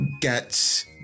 get